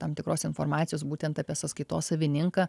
tam tikros informacijos būtent apie sąskaitos savininką